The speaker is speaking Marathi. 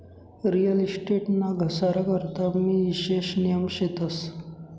रियल इस्टेट ना घसारा करता भी ईशेष नियम शेतस